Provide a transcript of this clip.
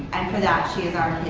and for that she is our